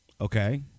Okay